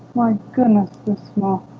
my goodness they're small